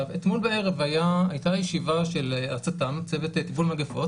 אתמול בערב הייתה ישיבה של הצט"ם - צוות טיפול מגיפות